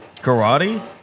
karate